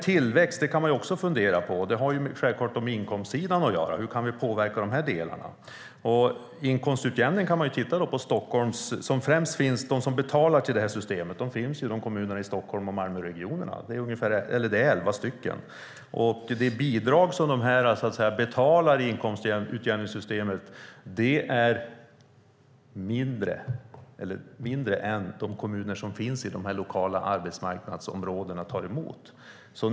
Tillväxt har självklart med inkomstsidan att göra. Hur kan vi påverka det? De som betalar till inkomstutjämningen finns i Stockholms och Malmöregionerna; det är elva stycken. Det som de betalar till inkomstutjämningssystemet är mindre än vad de kommuner som finns i de lokala arbetsmarknadsområdena tar emot.